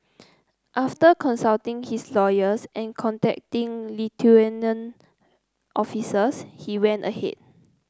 after consulting his lawyer and contacting Lithuanian officials he went ahead